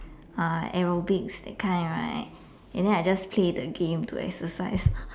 uh aerobics that kind right and then I just play the game to exercise